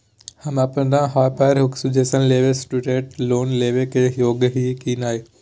हम अप्पन higher education लेबे ला स्टूडेंट लोन लेबे के योग्य हियै की नय?